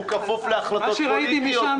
הוא כפוף להחלטות פוליטיות,